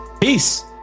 Peace